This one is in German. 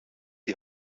die